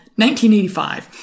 1985